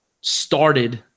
started